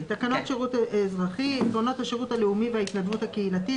תקנות שירות אזרחי (עקרונות השירות הלאומי וההתנדבות הקהילתית),